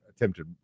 attempted